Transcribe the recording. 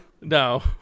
No